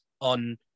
on